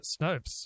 Snopes